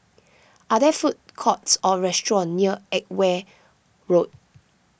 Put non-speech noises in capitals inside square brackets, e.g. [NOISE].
[NOISE] are there food courts or restaurants near Edgware Road